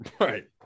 Right